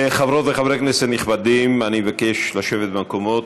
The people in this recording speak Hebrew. חברות וחברי כנסת נכבדים, אני מבקש לשבת במקומות.